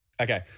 okay